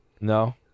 No